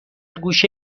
گوشه